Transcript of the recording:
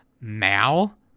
Mal